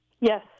Yes